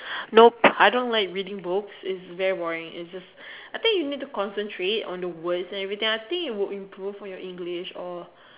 nope I don't like reading books it's very boring it's just I think you need to concentrate on the words or something and I think you would improve on your English or